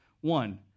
One